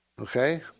okay